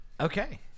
okay